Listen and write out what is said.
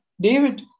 David